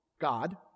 God